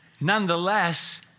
Nonetheless